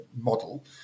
model